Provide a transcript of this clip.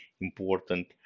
important